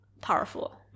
powerful